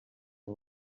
and